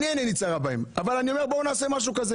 עיני אינה צרה בהם אבל אני אומר: בואו נעשה משהו כזה